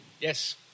Yes